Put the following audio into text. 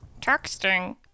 texting